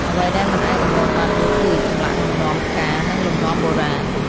អ្វីដែលមិនអាចរំលងបាននោះ គឺចម្លាក់លំនាំផ្កា និងលំនាំបុរាណ។